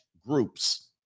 groups